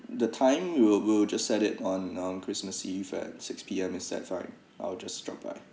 the time will will just set it on on christmas eve at six P_M is that right I'll just drop by